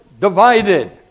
divided